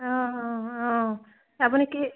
অঁ অঁ অঁ আপুনি কি